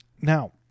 Now